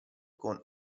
con